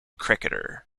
cricketer